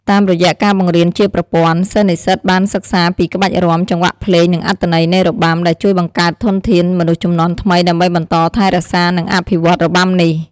តាមរយៈការបង្រៀនជាប្រព័ន្ធ សិស្សនិស្សិតបានសិក្សាពីក្បាច់រាំ ចង្វាក់ភ្លេង និងអត្ថន័យនៃរបាំ ដែលជួយបង្កើតធនធានមនុស្សជំនាន់ថ្មីដើម្បីបន្តថែរក្សា និងអភិវឌ្ឍន៍របាំនេះ។